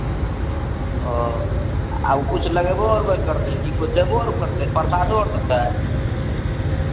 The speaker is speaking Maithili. ओ आ ओ किछु लगयबो अगयबो करतै की किछु देबो आर करतै प्रसादो अर देतै